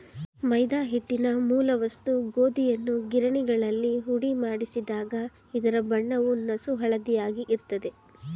ಮೈದಾ ಹಿಟ್ಟಿನ ಮೂಲ ವಸ್ತು ಗೋಧಿಯನ್ನು ಗಿರಣಿಗಳಲ್ಲಿ ಹುಡಿಮಾಡಿಸಿದಾಗ ಇದರ ಬಣ್ಣವು ನಸುಹಳದಿಯಾಗಿ ಇರ್ತದೆ